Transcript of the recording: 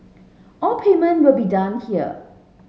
all payment will be done here